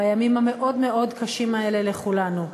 בימים המאוד-מאוד קשים האלה לכולנו.